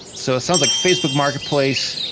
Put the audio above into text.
so it sounds like facebook marketplace,